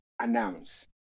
Announce